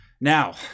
Now